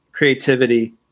creativity